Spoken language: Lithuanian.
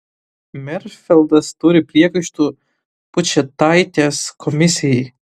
merfeldas turi priekaištų pučėtaitės komisijai